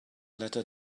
letter